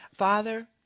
Father